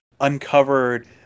uncovered